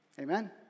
Amen